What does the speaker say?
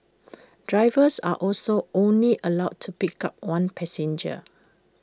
drivers are also only allowed to pick up one passenger